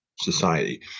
society